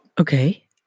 Okay